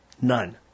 None